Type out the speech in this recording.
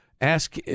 ask